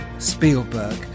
Spielberg